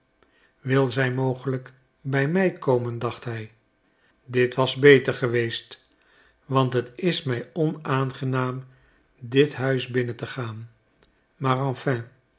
wil zij mogelijk bij mij komen dacht hij dit was beter geweest want het is mij onaangenaam dit huis binnen te gaan maar enfin